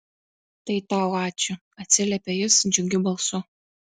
tai tau ačiū atsiliepia jis džiugiu balsu